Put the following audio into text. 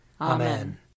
Amen